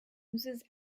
loses